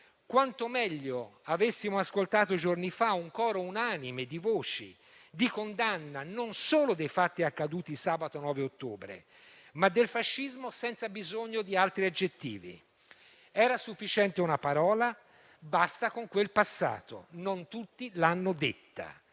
quanto meglio avessimo ascoltato giorni fa un coro unanime di voci di condanna, non solo dei fatti accaduti sabato 9 ottobre, ma del fascismo senza bisogno di altri aggettivi. Era sufficiente una parola: basta con quel passato. Non tutti l'hanno detta.